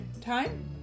Time